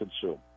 consume